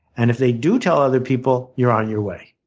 and if they do tell other people, you're on your way.